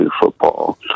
football